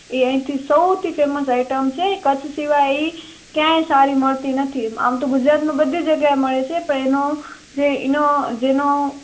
એ અહીંથી સૌથી famous item છે કચ્છ સિવાય ક્યાંય સારી મળતી નથી આમ તો ગુજરાતમાં બધી જગ્યાએ મળે છે પણ એનો જે એનો જે